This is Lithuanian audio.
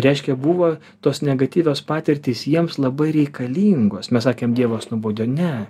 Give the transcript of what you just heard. reiškia buvo tos negatyvios patirtys jiems labai reikalingos mes sakėm dievas nubaudė ne